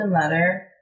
letter